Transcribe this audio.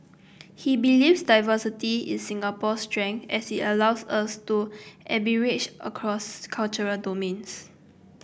he believes diversity is Singapore's strength as it allows us to arbitrage across cultural domains